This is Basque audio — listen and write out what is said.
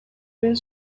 egin